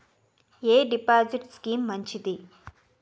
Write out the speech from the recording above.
ఎ deposit scheme మంచిది?